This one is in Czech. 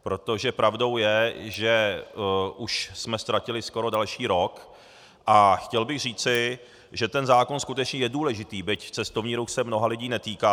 Protože pravdou je, že už jsme ztratili skoro další rok, a chtěl bych říci, že ten zákon skutečně je důležitý, byť cestovní ruch se mnoha lidí tady netýká.